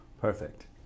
Perfect